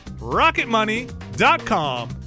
rocketmoney.com